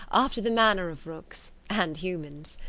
after the manner of rooks and humans.